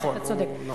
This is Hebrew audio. נכון, נכון.